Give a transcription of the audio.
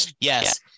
yes